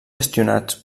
gestionats